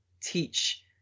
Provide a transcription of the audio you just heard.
teach